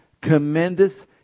commendeth